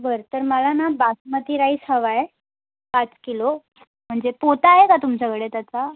बरं तर मला ना बासमती राईस हवा आहे पाच किलो म्हणजे पोतं आहे का तुमच्याकडे त्याचं